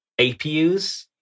APUs